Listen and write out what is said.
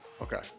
Okay